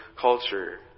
culture